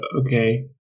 Okay